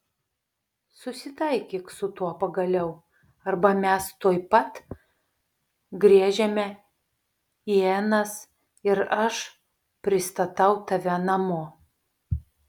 susitaikyk su tuo pagaliau arba mes tuoj pat gręžiame ienas ir aš pristatau tave namo